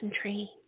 tree